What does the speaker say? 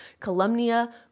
Columnia